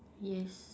yes